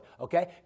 okay